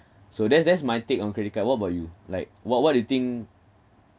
so that's that's my take on credit card what about you like what what do you think